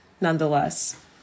nonetheless